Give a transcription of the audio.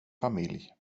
familj